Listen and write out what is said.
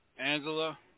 Angela